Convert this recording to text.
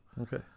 okay